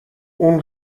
اون